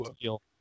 deal